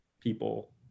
people